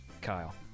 Kyle